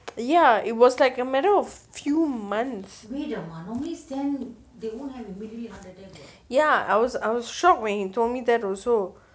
ya it was like a matter of few months ya I was I was shocked when he told me that also